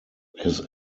his